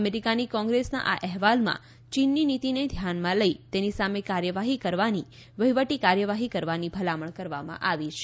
અમેરીકાની કોંગ્રેસના આ અહેવાલમાં ચીનની નીતિને ધ્યાનમાં લઈ તેની સામે કાર્યવાહી કરવાની વહીવટી કાર્યવાહી કરવાની ભલામણ કરવામાં આવી છે